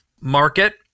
market